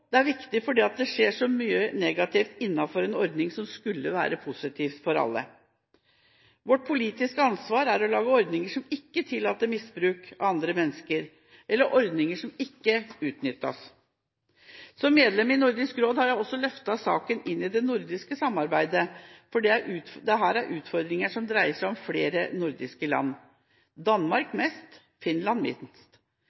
Det er viktig fordi det skjer så mye negativt innenfor en ordning som skulle være positiv for alle. Vårt politiske ansvar er å lage ordninger som ikke tillater misbruk av andre mennesker, eller som ikke utnyttes. Som medlem i Nordisk råd har jeg også løftet saken inn i det nordiske samarbeidet, for dette er utfordringer som dreier seg om flere nordiske land – Danmark